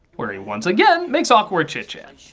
where he once again makes awkward chitchat.